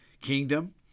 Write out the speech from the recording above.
kingdom